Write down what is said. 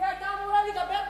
היא היתה אמורה לדבר ככה.